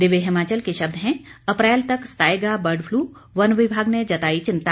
दिव्य हिमाचल के शब्द हैं अप्रैल तक सताएगा बर्ड फ्लू वन विभाग ने जताई चिंता